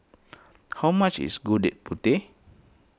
how much is Gudeg Putih